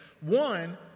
One